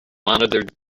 monitored